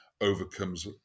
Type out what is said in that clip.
overcomes